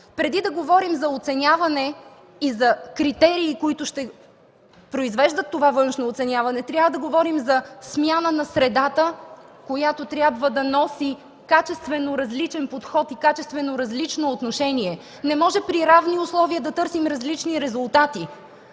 Преди да говорим за оценяване и за критерии, които ще произвеждат това външно оценяване, трябва да говорим за смяна на средата, която трябва да носи качествено различен подход и качествено различно отношение. Не може при равни условия да търсим различни резултати.